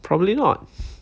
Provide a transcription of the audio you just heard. probably not